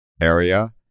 area